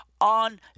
on